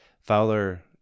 Fowler